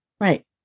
Right